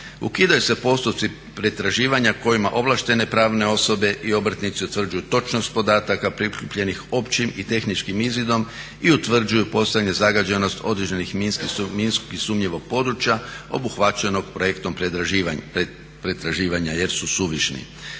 Ukidaju se postupci pretraživanja kojima ovlaštene pravne osobe i obrtnici utvrđuju točnost podataka prikupljenih općim i tehničkim izvidom i utvrđuju postojanje zagađenosti određenih minski sumnjivog područja obuhvaćenog projektom pretraživanja jer su suvišni.